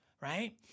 right